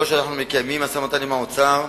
3. אנחנו מקיימים משא-ומתן עם האוצר,